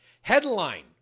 Headline